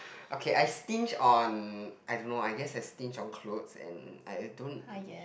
okay I stinge on I don't know I guess I stinge on clothes and I don't